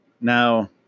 Now